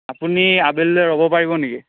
আপুনি আবেলিলৈ ৰ'ব পাৰিব নেকি